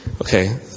Okay